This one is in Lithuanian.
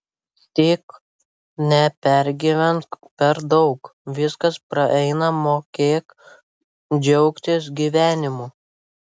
tik nepergyvenk per daug viskas praeina mokėk džiaugtis gyvenimu